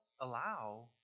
allow